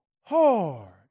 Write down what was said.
hard